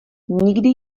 nikdy